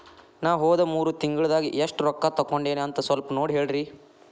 ನಾ ಹೋದ ಮೂರು ತಿಂಗಳದಾಗ ಎಷ್ಟು ರೊಕ್ಕಾ ತಕ್ಕೊಂಡೇನಿ ಅಂತ ಸಲ್ಪ ನೋಡ ಹೇಳ್ರಿ